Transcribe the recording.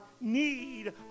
need